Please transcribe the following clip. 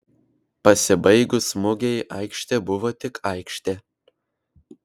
pasibaigus mugei aikštė buvo tik aikštė